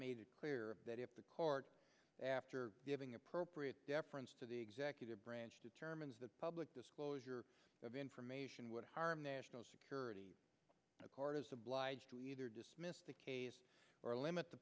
made it clear that if the court after giving appropriate deference to the executive branch determines that public disclosure of information would harm national security a court is obliged to either dismiss the case or limit the